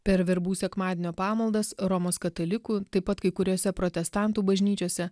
per verbų sekmadienio pamaldas romos katalikų taip pat kai kuriose protestantų bažnyčiose